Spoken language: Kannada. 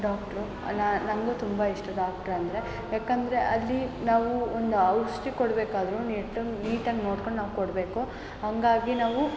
ಡಾಕ್ಟ್ರು ನಾ ನಂಗೂ ತುಂಬ ಇಷ್ಟ ಡಾಕ್ಟ್ರ್ ಅಂದರೆ ಯಾಕಂದರೆ ಅಲ್ಲಿ ನಾವು ಒಂದು ಔಷಧಿ ಕೊಡಬೇಕಾದ್ರೂ ನೀಟನ್ನು ನೀಟಾಗಿ ನೋಡ್ಕೊಂಡು ನಾವು ಕೊಡಬೇಕು ಹಾಗಾಗೆ ನಾವು